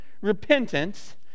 repentance